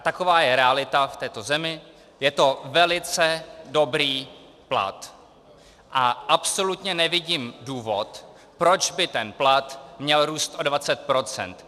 Taková je realita v této zemi, je to velice dobrý plat a absolutně nevidím důvod, proč by ten plat měl růst o 20 %.